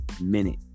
minute